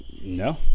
No